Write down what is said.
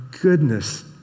goodness